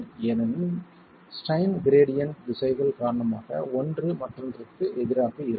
ஏனெனில் strain gradient திசைகள் காரணமாக ஒன்று மற்றொன்றுக்கு எதிராக இருக்கும்